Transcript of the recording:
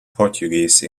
portuguese